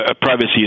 privacy